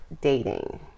dating